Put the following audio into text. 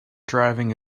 driving